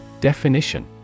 Definition